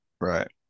right